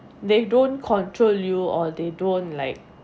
they don't control you or they don't like